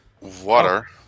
Water